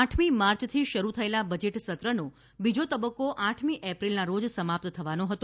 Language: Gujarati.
આ ઠમી માર્ચથી શરૂ થયેલા બજેટ સત્રનો બીજો તબક્કો આ ઠમી એપ્રિલના રોજ સમાપ્ત થવાનો હતો